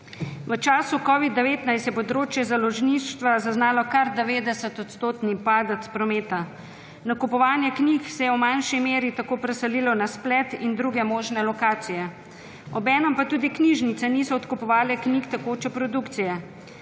V času covida-19 je področje založništva zaznalo kar 90-odstotni padec prometa. Nakupovanje knjig se je v manjši meri tako preselilo na splet in druge možne lokacije, obenem pa tudi knjižnice niso odkupovale knjig tekoče produkcije.